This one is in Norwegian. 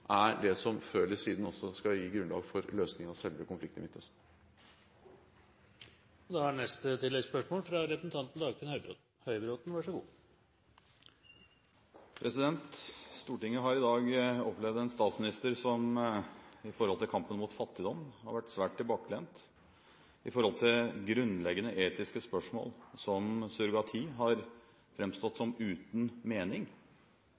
er det som før eller siden også skal gi grunnlaget for løsningen av selve konflikten i Midtøsten. Dagfinn Høybråten – til oppfølgingsspørsmål. Stortinget har i dag opplevd en statsminister som, når det gjelder kampen mot fattigdom, har vært svært tilbakelent, når det gjelder grunnleggende etiske spørsmål som surrogati, har framstått som uten en mening,